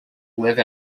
live